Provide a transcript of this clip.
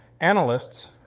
Analysts